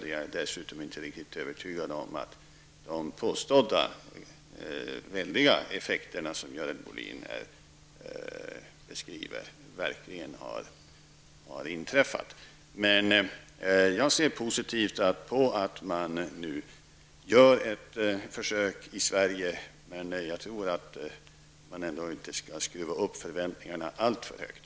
Jag är inte heller alldeles övertygad om att de mycket positiva effekter som Görel Bohlin här beskriver i verkligheten har uppnåtts. Jag ser dock positivt på att man nu gör ett försök i Sverige, men jag tror inte att man skall skruva upp förväntningarna alltför högt.